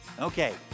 Okay